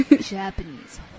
Japanese